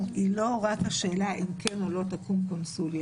היא לא רק השאלה אם כן או לא תקום קונסוליה,